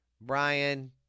Brian